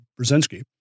Brzezinski